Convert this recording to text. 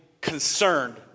concerned